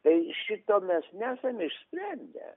tai šito mes nesam išsprendę